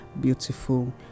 beautiful